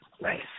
Nice